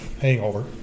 hangover